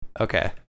Okay